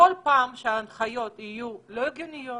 בכל פעם שההנחיות יהיו לא הגיוניות